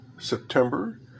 september